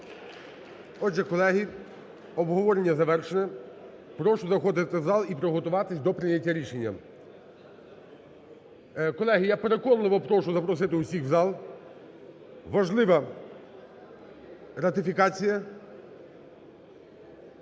Отже, колеги, обговорення завершено. Прошу заходити в зал і приготуватися до прийняття рішення. Колеги, я переконливо прошу запросити усіх в зал. Важлива ратифікація